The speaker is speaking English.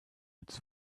its